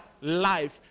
life